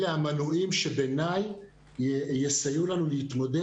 אלה המנועים שבעיניי יסייעו לנו להתמודד